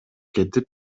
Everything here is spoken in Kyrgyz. кетип